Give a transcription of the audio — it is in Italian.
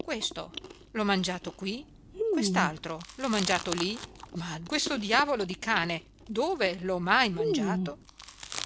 questo l'ho mangiato qui quest'altro l'ho mangiato lì ma questo diavolo di cane dove l'ho mai mangiato